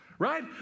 Right